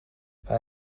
hij